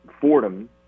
Fordham